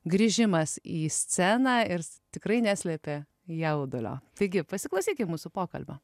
grįžimas į sceną ir tikrai neslėpė jaudulio taigi pasiklausykim mūsų pokalbio